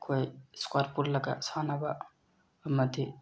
ꯑꯩꯈꯣꯏ ꯏꯁꯀ꯭ꯋꯥꯠ ꯄꯨꯜꯂꯒ ꯁꯥꯟꯅꯕ ꯑꯃꯗꯤ